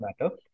matter